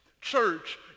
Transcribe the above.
Church